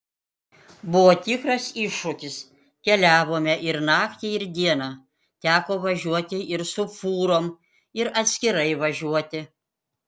buvo tikras iššūkis keliavome ir naktį ir dieną teko važiuoti ir su fūrom ir atskirai važiuoti